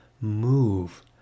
move